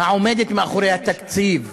העומדת מאחורי התקציב.